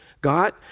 God